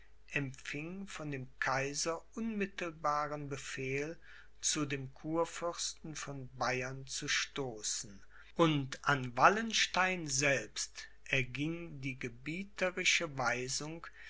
empfing von dem kaiser unmittelbaren befehl zu dem kurfürsten von bayern zu stoßen und an wallenstein selbst erging die gebieterische weisung